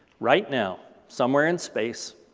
right now, somewhere in space,